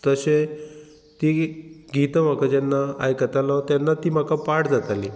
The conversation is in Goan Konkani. तशें तीं गितां म्हाका जेन्ना आयकतालो तेन्ना ती म्हाका पाट जातालीं